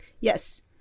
Yes